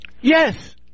Yes